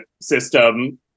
system